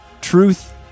truth